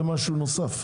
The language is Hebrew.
זה משהו נוסף?